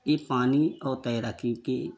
ये पानी और तैराकी के बात है